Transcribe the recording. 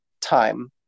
time